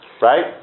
Right